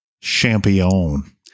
Champion